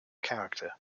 character